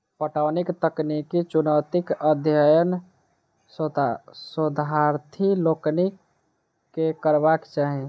पटौनीक तकनीकी चुनौतीक अध्ययन शोधार्थी लोकनि के करबाक चाही